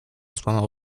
złamał